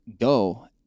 go